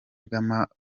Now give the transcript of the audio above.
bw’amamodoka